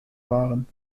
waren